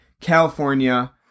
California